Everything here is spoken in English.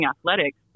athletics